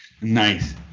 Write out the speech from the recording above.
nice